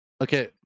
okay